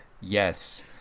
Yes